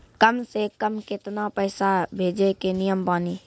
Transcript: कम से कम केतना पैसा भेजै के नियम बानी?